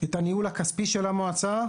את הניהול הכספי של המועצה,